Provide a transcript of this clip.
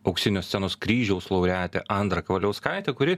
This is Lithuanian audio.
auksinio scenos kryžiaus laureatė andra kavaliauskaitė kuri